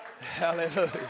Hallelujah